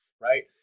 right